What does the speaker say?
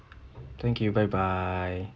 thank you bye bye